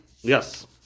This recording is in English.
Yes